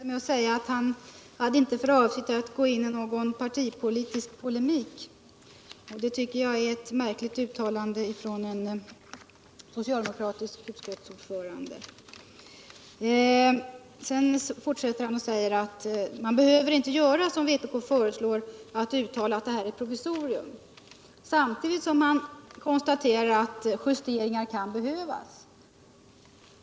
Herr tälman! Herr Alemyr började med att säga att han inte hade för avsikt all gå in i någon partipolitisk polemik. Det tycker jag är ett märkligt uttalande av en socialdemokratisk utskottsordförande. Sedan fortsatte han att säga att man inte behöver, såsom vpk föreslår att man skall göra, uttala att detta är ett provisorium. Samtidigt konstaterade herr Alemyr utt justeringar kan komma att behövas.